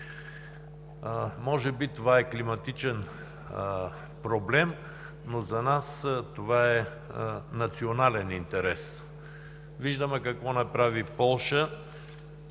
Може би това е климатичен проблем, но за нас това е национален интерес. Виждаме какво направи Полша.